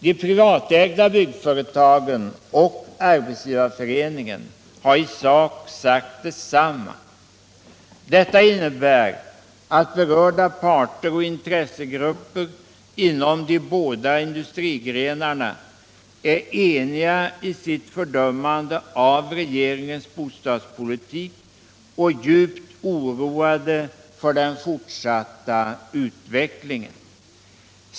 De privatägda byggföretagen och Arbetsgivareföreningen har i sak sagt detsamma. Detta innebär att berörda parter och intressegrupper inom de båda industrigrenarna är eniga i sitt fördömande av regeringens bostadspolitik och djupt oroade för den fortsatta utvecklingen.